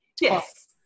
Yes